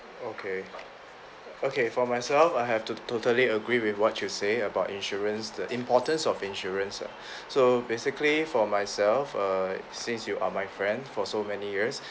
okay okay for myself I have to totally agree with what you say about insurance the importance of insurance ah so basically for myself err since you are my friend for so many years